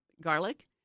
garlic